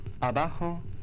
Abajo